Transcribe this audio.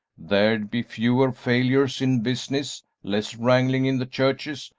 there'd be fewer failures in business, less wrangling in the churches,